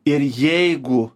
ir jeigu